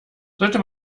sollte